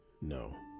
No